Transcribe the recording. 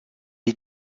est